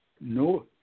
no